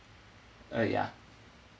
uh ya